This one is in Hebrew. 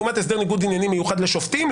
לעומת הסדר ניגוד עניינים מיוחד לשופטים,